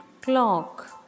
clock